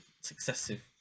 successive